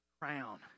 Crown